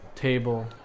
table